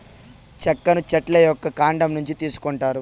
చెక్కను చెట్ల యొక్క కాండం నుంచి తీసుకొంటారు